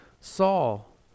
Saul